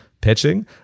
pitching